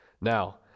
Now